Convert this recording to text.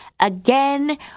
again